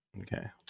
Okay